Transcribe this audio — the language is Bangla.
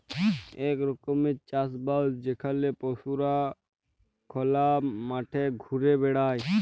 ইক রকমের চাষ বাস যেখালে পশুরা খলা মাঠে ঘুরে বেড়ায়